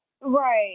Right